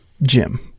Jim